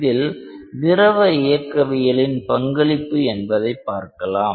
இதில் திரவ இயக்கவியலின் பங்களிப்பு என்ன என்பதைப் பார்க்கலாம்